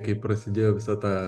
kai prasidėjo visa ta